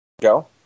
go